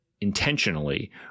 Intentionally